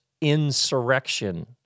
insurrection